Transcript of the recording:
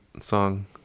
song